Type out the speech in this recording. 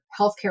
healthcare